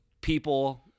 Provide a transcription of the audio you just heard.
people